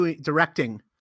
directing